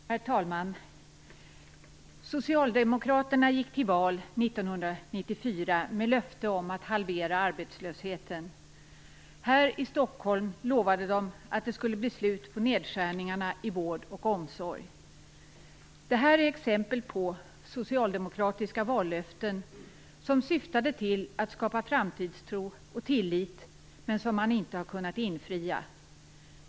Herr talman! Socialdemokraterna gick till val 1994 med löfte om att halvera arbetslösheten. Här i Stockholm lovade de att det skulle bli slut på nedskärningarna i vård och omsorg. Detta är exempel på socialdemokratiska vallöften som syftade till att skapa framtidstro och tillit, men som man inte har kunnat infria.